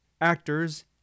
Actors